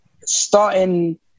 starting